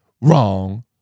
Wrong